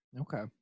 Okay